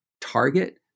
Target